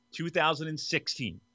2016